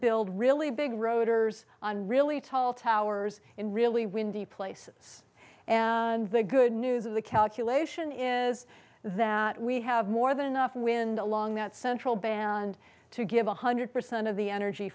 build really big rotors on really tall towers in really windy places and the good news of the calculation is that we have more than enough wind along that central band to give one hundred percent of the energy